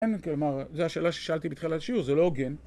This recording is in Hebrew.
כן, כלומר, זו השאלה ששאלתי בתחילת השיעור, זה לא הוגן.